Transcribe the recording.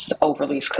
overly